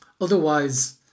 Otherwise